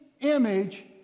image